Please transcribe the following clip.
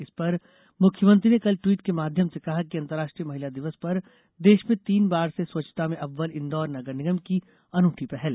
इस पर मुख्यमंत्री ने कल ट्वीट के माध्यम से कहा कि अंतर्राष्ट्रीय महिला दिवस पर देश में तीन बार से स्वच्छता में अव्वल इंदौर नगर निगम की अनूठी पहल